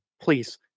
Please